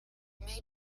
may